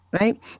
right